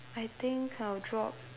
I think I'll drop